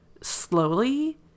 slowly